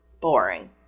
boring